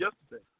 yesterday